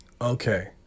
Okay